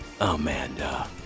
Amanda